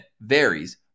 varies